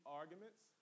arguments